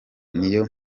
niyo